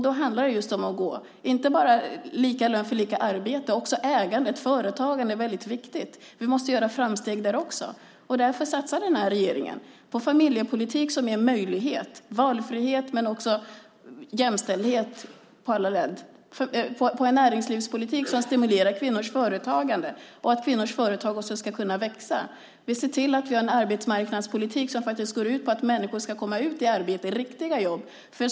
Då handlar det inte bara om lika lön för lika arbete; också ägande och företagande är väldigt viktigt. Vi måste göra framsteg där också. Därför satsar den här regeringen på en familjepolitik som ger möjlighet och valfrihet men också jämställdhet på alla områden. Vi satsar på en näringslivspolitik som stimulerar kvinnors företagande och gör så att kvinnors företag också ska kunna växa. Vi har en arbetsmarknadspolitik som går ut på att människor ska komma ut i arbete, till riktiga jobb.